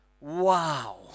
wow